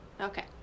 Okay